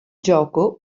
gioco